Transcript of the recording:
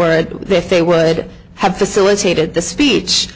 if they would have facilitated the speech